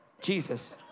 Jesus